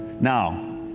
Now